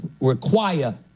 require